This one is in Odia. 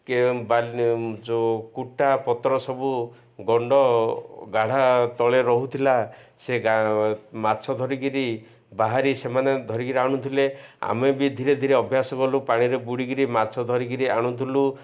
କି ବାଲି ଯେଉଁ କୁଟା ପତ୍ର ସବୁ ଗଣ୍ଡ ଗାଢ଼ା ତଳେ ରହୁଥିଲା ସେ ମାଛ ଧରିକିରି ବାହାରି ସେମାନେ ଧରିକିରି ଆଣୁଥିଲେ ଆମେ ବି ଧୀରେ ଧୀରେ ଅଭ୍ୟାସ କଲୁ ପାଣିରେ ବୁଡ଼ିକିରି ମାଛ ଧରିକିରି ଆଣୁଥିଲୁ